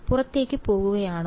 പുറത്തേക്ക് പോവുകയാണോ